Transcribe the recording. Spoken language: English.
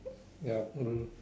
ya will